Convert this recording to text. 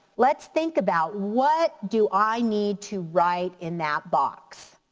let's think about what do i need to write in that box.